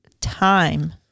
time